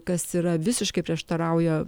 kas yra visiškai prieštarauja